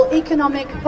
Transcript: economic